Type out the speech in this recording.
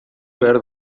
behar